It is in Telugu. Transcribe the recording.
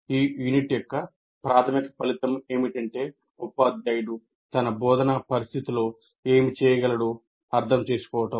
ఈ యూనిట్ యొక్క ప్రాధమిక ఫలితం ఏమిటంటే ఉపాధ్యాయుడు తన బోధనా పరిస్థితిలో ఏమి చేయగలడో అర్థం చేసుకోవడం